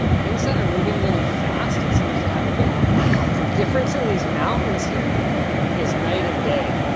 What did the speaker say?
things that are moving really fast, it seems to have a bit more. wow, difference in these mountains here is night and day.